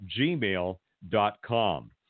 gmail.com